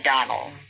Donald